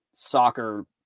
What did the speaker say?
soccer